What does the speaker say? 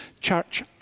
Church